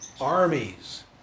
armies